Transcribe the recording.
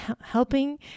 helping